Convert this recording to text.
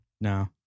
No